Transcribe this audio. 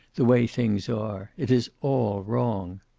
the way things are. it is all wrong.